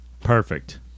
Perfect